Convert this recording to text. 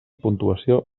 puntuació